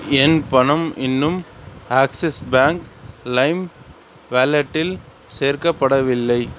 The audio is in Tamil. என் பணம் இன்னும் ஆக்ஸிஸ் பேங்க் லைம் வேலெட்டில் சேர்க்கப்படவில்லை